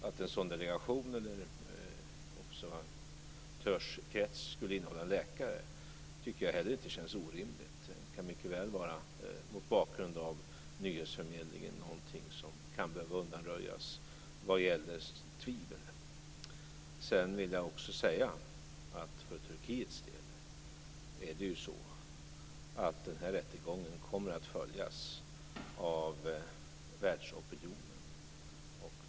Att en sådan delegation eller observatörskrets skulle innehålla en läkare tycker jag heller inte känns orimligt. Mot bakgrund av nyhetsförmedlingen kan jag säga att sådana tvivel mycket väl kan behöva undanröjas. Jag vill också säga att det för Turkiets del är så att rättegången kommer att följas av världsopinionen.